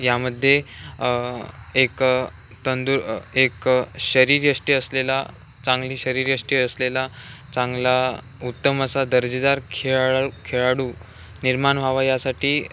यामध्ये एक तंदु एक शरीरयष्टी असलेला चांगली शरीरयष्टी असलेला चांगला उत्तम अस दर्जेदार खेळाळू खेळाडू निर्माण व्हावा यासाठी